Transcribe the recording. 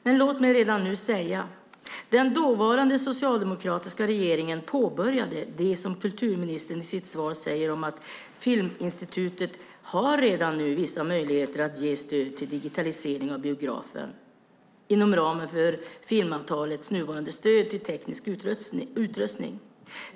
Men låt mig redan nu säga att den dåvarande socialdemokratiska regeringen påbörjade det som kulturministern i sitt svar säger om att Filminstitutet redan nu har vissa möjligheter att ge stöd till digitalisering av biografer inom ramen för filmavtalets nuvarande stöd till teknisk utrustning.